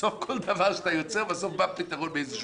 בסוף כל דבר שאתה יוצר, בא פתרון מאיזה מקום.